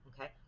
okay